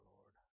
Lord